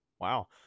wow